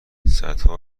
صدها